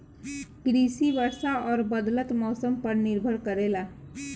कृषि वर्षा और बदलत मौसम पर निर्भर करेला